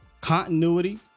continuity